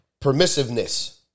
Permissiveness